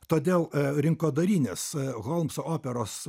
todėl rinkodarinis holmso operos